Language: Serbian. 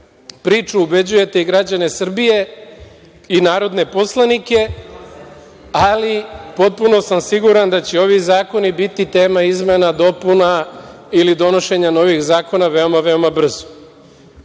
priču ubeđujete građane Srbije i narodne poslanike, ali potpuno sam siguran da će ovi zakoni biti tema izmena, dopuna ili donošenja novih zakona veoma brzo. Problem